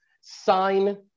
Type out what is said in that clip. sign